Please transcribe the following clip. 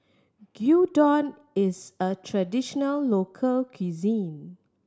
gyudon is a traditional local cuisine